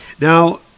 Now